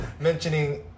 mentioning